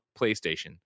PlayStation